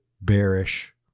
bearish